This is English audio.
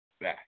back